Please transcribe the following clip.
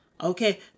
Okay